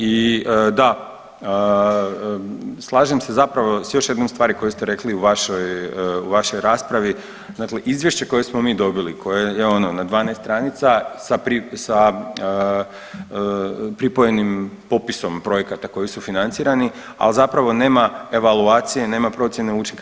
I da, slažem se zapravo s još jednom stvari koju ste rekli u vašoj, u vašoj raspravi dakle izvješće koje smo mi dobili koje je ono na 12 stranica sa pripojenim popisom projekata koji su financirani, a zapravo nema evaluacije, nema procjene učinka.